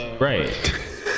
Right